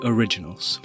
Originals